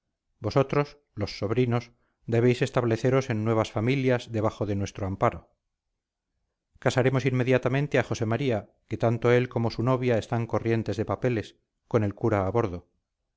vosotros los sobrinos debéis estableceros en nuevas familias debajo de nuestro amparo casaremos inmediatamente a josé maría que tanto él como su novia están corrientes de papeles con el cura a bordo